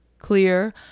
clear